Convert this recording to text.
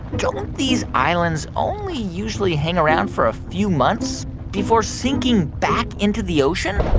don't these islands only usually hang around for a few months before sinking back into the ocean?